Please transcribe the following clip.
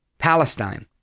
Palestine